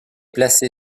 placé